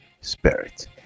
spirit